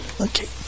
Okay